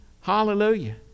Hallelujah